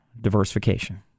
diversification